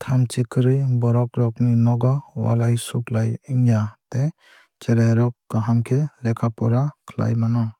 Thamchi kwrwui borok rok ni nogo walai suglai wngya tei cherrai rok kaham khe lekha pora khlai mano.